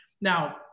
Now